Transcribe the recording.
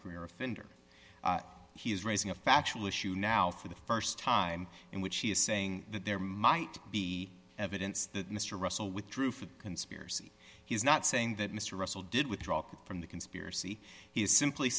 career offender he is raising a factual issue now for the st time in which he is saying that there might be evidence that mr russell withdrew from conspiracy he is not saying that mr russell did withdraw from the conspiracy he is simply